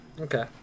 Okay